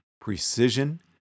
precision